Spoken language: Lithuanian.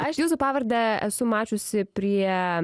aš jūsų pavardę esu mačiusi prie